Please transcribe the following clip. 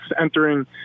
entering